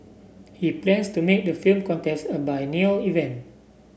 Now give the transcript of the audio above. he plans to make the film contest a biennial event